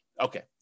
okay